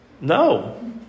No